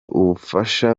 ubufasha